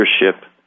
leadership